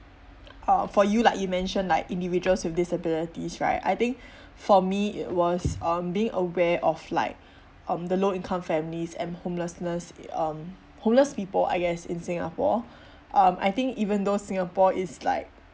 uh for you like you mention like individuals with disabilities right I think for me it was um being aware of like um the low income families and homelessness um homeless people I guess in singapore um I think even though singapore is like